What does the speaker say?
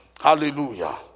hallelujah